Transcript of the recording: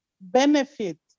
benefit